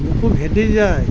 বুকু ভেদি যায়